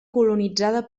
colonitzada